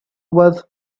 was